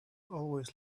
always